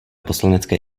poslanecké